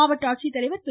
மாவட்ட ஆட்சித்தலைவர் திரு